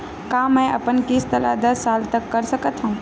का मैं अपन किस्त ला दस साल तक कर सकत हव?